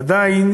עדיין